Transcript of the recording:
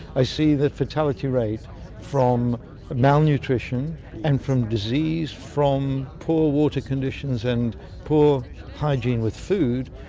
i see the fatality rate from malnutrition and from disease from poor water conditions and poor hygiene with food,